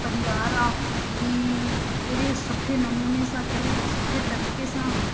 परिवार आहे की केॾे सुठे नमूने सां केॾे सुठे तरीक़े सां